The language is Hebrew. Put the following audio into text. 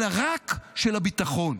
אלא רק של הביטחון.